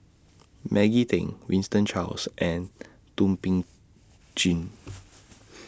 Maggie Teng Winston Choos and Thum Ping Tjin